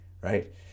right